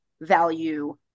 value